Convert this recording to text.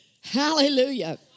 Hallelujah